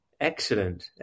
Excellent